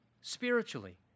spiritually